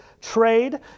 trade